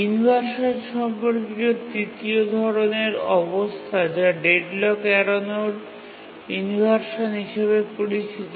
inversion সম্পর্কিত তৃতীয় ধরণের অবস্থা যা ডেডলক এড়ানোর ইনভারসান হিসাবে পরিচিত